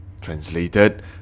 Translated